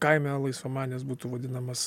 kaime laisvamanis būtų vadinamas